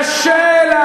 קשה המציאות לליכוד.